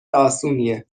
اسونیه